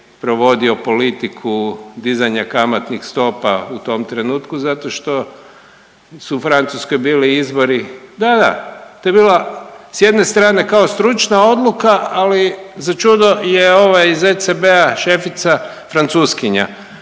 provodio politiku dizanja kamatnih stopa u tom trenutku? Zato što su u Francuskoj bili izbori, da, da, to je bila s jedne strane kao stručna odluka, ali začudo je ovaj iz ECB-a šefica Francuskinja,